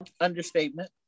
understatement